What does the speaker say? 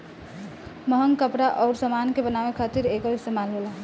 महंग कपड़ा अउर समान के बनावे खातिर एकर इस्तमाल होला